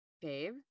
babe